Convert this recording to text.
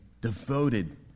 devoted